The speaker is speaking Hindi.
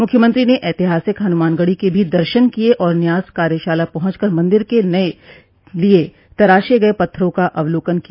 मुख्यमंत्री ने ऐतिहासिक हनुमानगढ़ी के भी दर्शन किये और न्यास कार्यशाला पहुंचकर मंदिर के लिये तराशे गये पत्थरों का अवलोकन किया